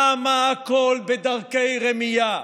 למה הכול בדרכי רמייה?